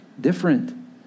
different